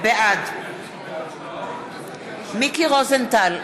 בעד מיקי רוזנטל,